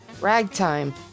ragtime